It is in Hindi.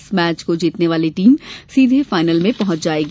इस मैच को जीतने वाली टीम सीधे फायनल में पहुंच जायेगी